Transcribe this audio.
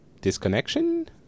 disconnection